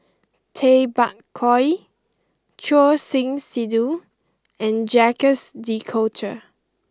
Tay Bak Koi Choor Singh Sidhu and Jacques de Coutre